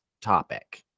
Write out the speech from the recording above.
topic